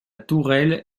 tourelle